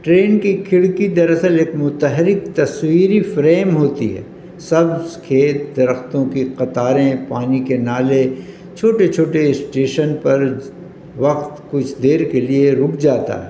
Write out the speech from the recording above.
train کی کھڑکی دراصل ایک متحرک تصوری فریم ہوتی ہے سبز کھیت درختوں کی قطاریں پانی کے نالے چھوٹے چھوٹے اسٹیشن پر وقت کچھ دیر کے لیے رک جاتا ہے